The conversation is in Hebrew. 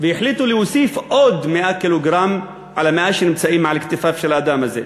החליטה להוסיף עוד 100 קילוגרם על ה-100 שנמצאים על כתפיו של האדם הזה.